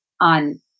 on